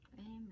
Amen